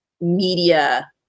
media